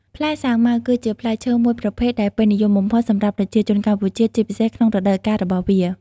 ផ្លែសាវម៉ាវ គឺជាផ្លែឈើមួយប្រភេទដែលពេញនិយមបំផុតសម្រាប់ប្រជាជនកម្ពុជា ជាពិសេសក្នុងរដូវកាលរបស់វា។